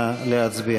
נא להצביע.